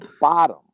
bottom